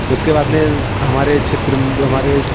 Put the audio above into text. उसके बाद में हमारे क्षेत्र हमारे